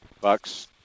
Bucks